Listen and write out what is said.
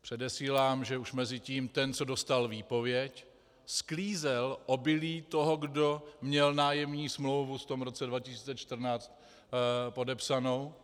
Předesílám, že už mezitím ten, co dostal výpověď, sklízel obilí toho, kdo měl nájemní smlouvu v tom roce 2014 podepsanou.